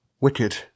wicked